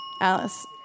Alice